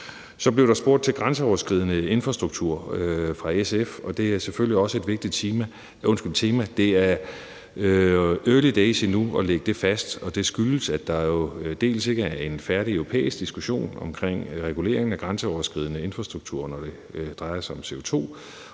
Så blev der spurgt til grænseoverskridende infrastruktur fra SF's side, og det er selvfølgelig også et vigtigt tema. Det er endnu ret tidligt at lægge det fast, og det skyldes, at der jo bl.a. ikke er en færdig europæisk diskussion omkring reguleringen af grænseoverskridende infrastruktur, når det drejer sig om CO2.